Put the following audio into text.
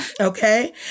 Okay